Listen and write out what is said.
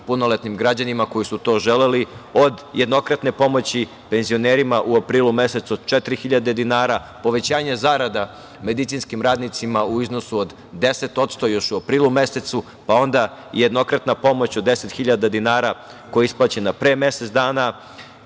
punoletnim građanima koji su to želeli, od jednokratne pomoći penzionerima u aprilu mesecu od četiri hiljade dinara, povećanje zarada medicinskim radnicima u iznosu od 10% još u aprilu mesecu, pa onda jednokratna pomoć od 10.000 dinara koja je isplaćena pre mesec dana,